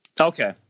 Okay